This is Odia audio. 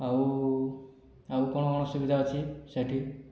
ଆଉ ଆଉ କ'ଣ କ'ଣ ସୁବିଧା ଅଛି ସେ'ଠି